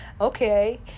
okay